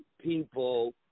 people